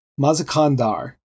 Mazakandar